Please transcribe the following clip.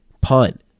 punt